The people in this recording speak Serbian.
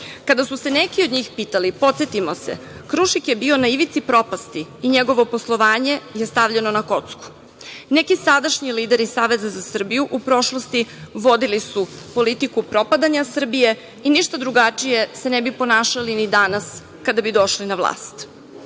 su se neki od njih pitali, podsetimo se „Krušik“ je bio na ivici propasti i njegovo poslovanje je stavljeno na kocku. Neki sadašnji lideri Saveza za Srbiju u prošlosti vodili su politiku propadanja Srbije i ništa drugačije se ne bi ponašali ni danas kada bi došli na vlast. Ti